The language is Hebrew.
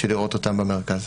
בשביל לראות אותם במרכז.